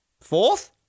Fourth